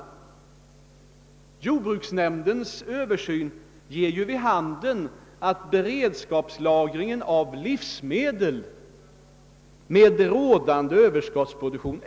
Av jordbruksnämndens översyn framgår att beredskapslagringen av livsmedel är tillfredsställande med rådande Ööverskottsproduktion.